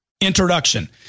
introduction